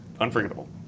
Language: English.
unforgettable